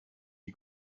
die